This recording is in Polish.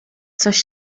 coś